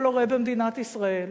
כל הורה במדינת ישראל